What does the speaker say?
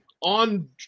on